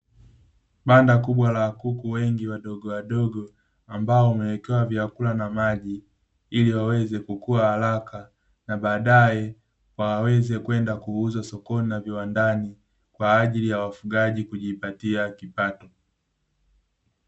Banda kubwa la kuku wengi wadogo wadogo, ambao wamewekewa vyakula na maji, iliwaweze kukua haraka na baadae waweze kwenda kuuzwa sokoni na viwandani, kwa ajili ya wafugaji kujipatia kipato.